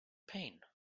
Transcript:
pain